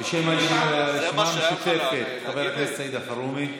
בשם הרשימה המשותפת, חבר הכנסת סעיד אלחרומי.